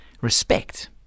Respect